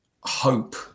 hope